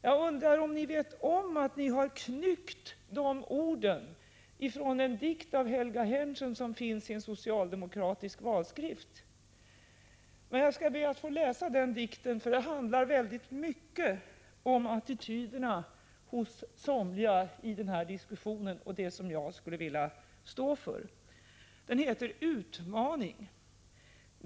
Jag undrar om ni vet att ni har stulit de orden från en dikt av Helga Henschen i en socialdemokratisk valskrift. Jag skall be att få läsa den dikten, för den handlar mycket om attityderna hos somliga i den här diskussionen och det som jag skulle vilja stå för. Den heter Utmaning.